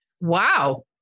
Wow